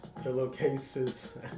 pillowcases